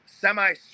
semi